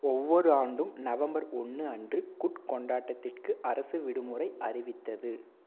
ஒவ்வொரு ஆண்டும் நவம்பர் ஒன்று அன்று குட் கொண்டாட்டத்திற்கு அரசு விடுமுறை அறிவித்தது